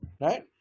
Right